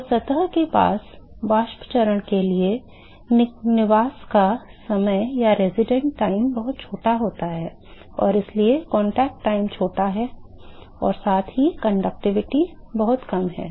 तो सतह के पास वाष्प चरण के लिए निवास का समय बहुत छोटा है और इसलिए संपर्क समय छोटा है और साथ ही चालकता बहुत कम है